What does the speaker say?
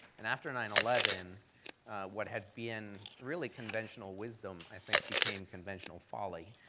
and after nine eleven what had been really conventional wisdom i think became conventional folly,